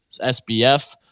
SBF